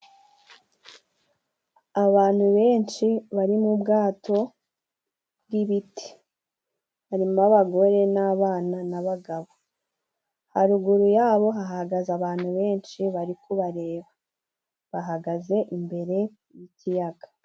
Abantu benshi bari mu bwato bw'ibiti. Harimo abagore n'abana n'abagabo. Haruguru yabo hahagaze abantu benshi bari kubareba bahagaze imbere y'ikiyaga.